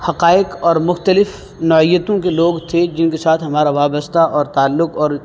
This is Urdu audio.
حقائق اور مختلف نوعیتوں کے لوگ تھے جن کے ساتھ ہمارا وابستہ اور تعلق اور